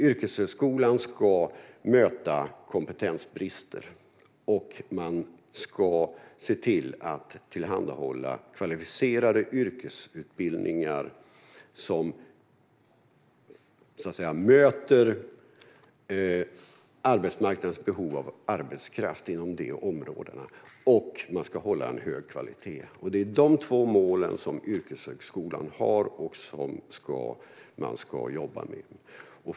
Yrkeshögskolan ska möta kompetensbrister, och man ska se till att tillhandahålla kvalificerade yrkesutbildningar som möter arbetsmarknadens behov av arbetskraft inom dessa områden. Man ska också hålla en hög kvalitet. Det är de två målen som yrkeshögskolan har och som man ska jobba med.